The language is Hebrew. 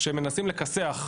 כשמנסים לכסח,